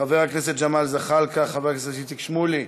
חבר הכנסת ג'מאל זחאלקה, חבר הכנסת איציק שמולי,